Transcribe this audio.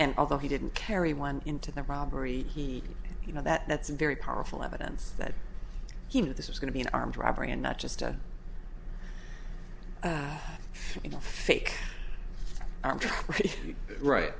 and although he didn't carry one into the robbery he you know that that's very powerful evidence that he knew this was going to be an armed robbery and not just a fake right